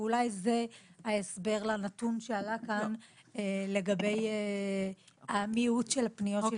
ואולי זה ההסבר לנתון שעלה כאן לגבי המיעוט של הפניות של הילדים.